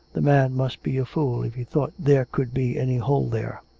the man must be a fool if he thought there could be any hole there.